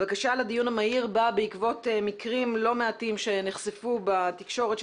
הבקשה לדיון המהיר באה בעקבות מקרים לא מעטים שנחשפו בתקשורת,